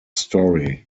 story